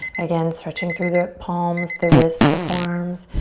again, stretching through the palms, the wrists, the forearms,